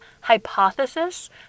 hypothesis